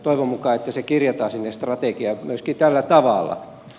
toivon mukaan se kirjataan sinne strategiaan myöskin tällä tavalla